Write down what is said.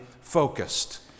focused